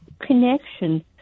connection